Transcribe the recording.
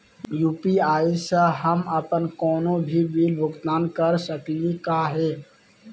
UPI स हम अप्पन कोनो भी बिल भुगतान कर सकली का हे?